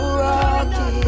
rocky